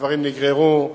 הדברים נגררו.